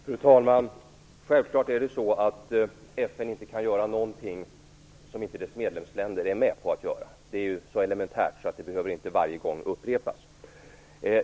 Fru talman! Självklart kan FN inte göra någonting som inte FN:s medlemsländer är med på att göra. Det är så elementärt att det inte varje gång behöver upprepas.